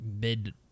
mid